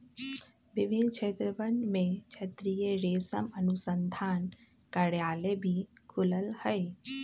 विभिन्न क्षेत्रवन में क्षेत्रीय रेशम अनुसंधान कार्यालय भी खुल्ल हई